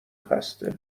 خسته